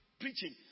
Preaching